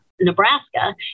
Nebraska